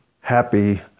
happy